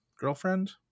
girlfriend